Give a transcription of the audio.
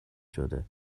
شده